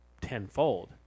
tenfold